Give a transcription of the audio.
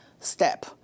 step